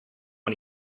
one